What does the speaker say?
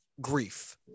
Grief